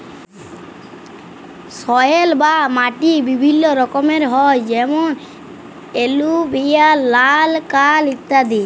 soil বা মাটি বিভিল্য রকমের হ্যয় যেমন এলুভিয়াল, লাল, কাল ইত্যাদি